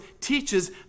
teaches